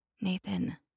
Nathan